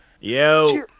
Yo